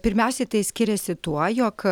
pirmiausiai tai skiriasi tuo jog